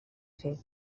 fer